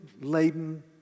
laden